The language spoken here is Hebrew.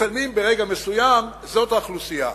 מצלמים ברגע מסוים, זו האוכלוסייה.